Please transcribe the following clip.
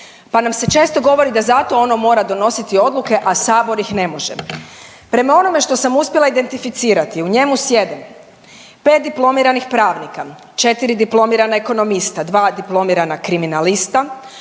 pa nam se često govori da zato ono mora donositi odluke, a Sabor ih ne može. Prema onome što sam uspjela identificirati u njemu sjede pet diplomiranih pravnika, četiri diplomirana ekonomista, dva diplomirana kriminalista,